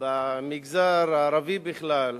במגזר הערבי בכלל,